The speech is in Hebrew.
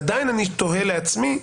אני תוהה לעצמי,